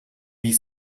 wie